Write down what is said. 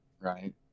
Right